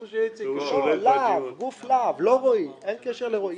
לא, לה"ב, אין קשר לרועי.